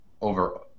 over